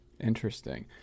interesting